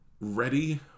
ready